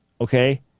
Okay